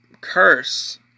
curse